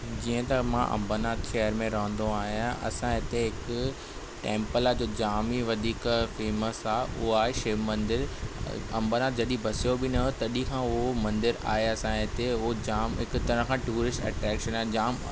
जीअं त मां अंबरनाथ शहर में रहंदो आहियां असांजे हिते हिकु टेम्पल आहे जो जाम ई वधीक फेमस आहे उहा आहे शिव मंदर अंबरनाथ जॾहिं बसियो बि न उहे तॾहिं खां उहे मंदरु आहे असांजे हिते उहो जाम हिक तरह खां टूरिस्ट अट्रेक्शन आहे जाम